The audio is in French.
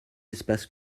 espaces